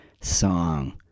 song